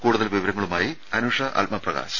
കൂടുതൽ വിവരങ്ങളുമായി അനുഷ ആത്മപ്രകാശ്